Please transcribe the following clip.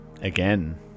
Again